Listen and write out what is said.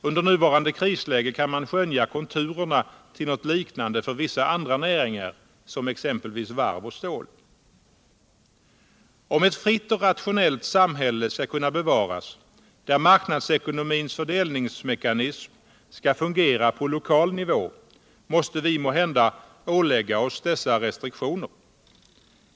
I det nuvarande krisläget kan man skönja konturerna till något liknande för vissa andra näringar. exempelvis varv och stål. Om ett fritt och rationellt samhälle skall kunna bevaras där marknadsckonomins fördelningsmekanism skall fungera på lokal nivå. måste vi måhända ålägga oss dessa restriktioner.